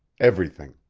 everything.